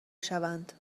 شوند